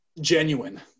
genuine